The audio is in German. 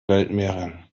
weltmeere